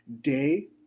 day